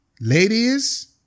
Ladies